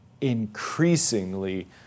increasingly